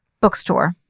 bookstore